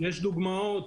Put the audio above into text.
יש דוגמאות